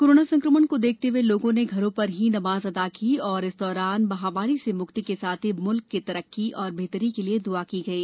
corona संकमण को देखते हुए लोगों ने घरों पर ही नमाज अदा की और इस दौरान महामारी से मुक्ति के साथ ही मुल्क की तरक्की और बेहतरी के लिये दुआ की गई